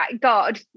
God